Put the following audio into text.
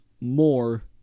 more